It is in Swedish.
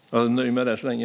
Jag nöjer mig med det så länge.